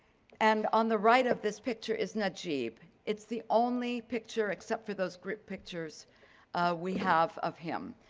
and on the right of this picture is najeeb. it's the only picture except for those group pictures we have of him.